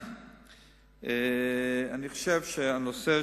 אני חושב שהנושא,